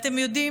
תודה.